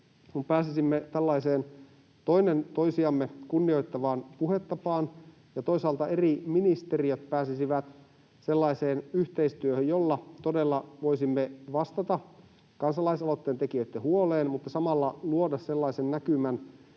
toinen toisiamme kunnioittavaan puhetapaan ja toisaalta eri ministeriöt pääsisivät sellaiseen yhteistyöhön, jolla todella voisimme vastata kansalaisaloitteen tekijöitten huoleen mutta samalla luoda sellaisen näkymän